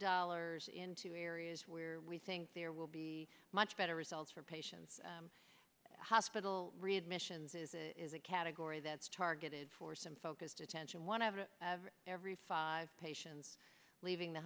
dollars into areas where we think there will be much better results for patients hospital readmissions is it is a category that's targeted for some focused attention one of every five patients leaving the